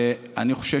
אני חושב